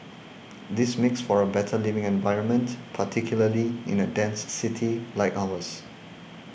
this makes for a better living environment particularly in a dense city like ours